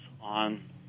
on